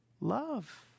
Love